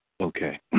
Okay